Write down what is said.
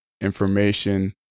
Information